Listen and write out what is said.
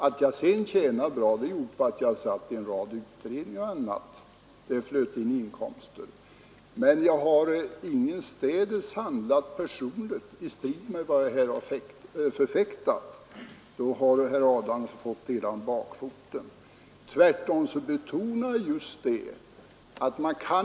Att jag ändå tjänade bra berodde på att jag satt i en rad utredningar och hade andra uppdrag, som gav inkomster. Men jag har i inget sammanhang personligen handlat i strid med den uppfattning som jag har förfäktat, tvärtom har jag varit mycket aktiv då det gällt att i praktiken omsätta mitt synsätt. Om herr Adamsson tror annat, har herr Adamsson fått det hela om bakfoten.